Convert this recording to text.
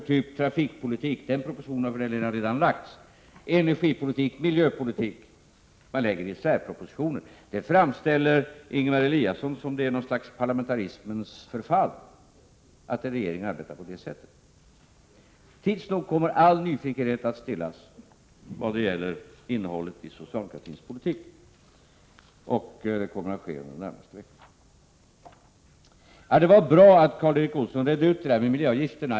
I stället väljer man att komma med särpropositioner t.ex. när det gäller trafikpolitiken — den propositionen har redan kommit —, energipolitiken och miljöpolitiken. Att regeringen arbetar på det sättet framställer Ingemar Eliasson som något slags parlamentarismens förfall. Tids nog kommer all nyfikenhet att stillas vad gäller innehållet i socialdemokratins politik. Det kommer att ske under de närmaste veckorna. Det var bra att Karl Erik Olsson redde ut det där med miljöavgifterna.